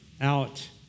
out